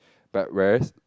but whereas